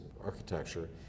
architecture